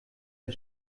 der